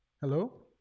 Hello